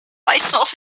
myself